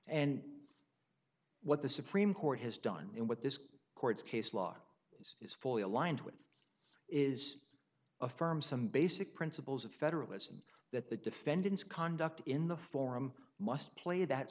and what the supreme court has done and what this court case law is fully aligned with is affirm some basic principles of federalism that the defendant's conduct in the forum must play that